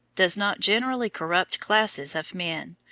does not generally corrupt classes of men,